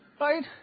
Right